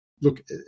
look